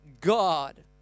God